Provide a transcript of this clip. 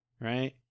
Right